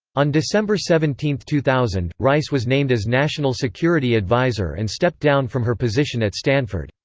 on december seventeen, two thousand, rice was named as national security advisor and stepped down from her position at stanford.